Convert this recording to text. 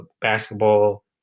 basketball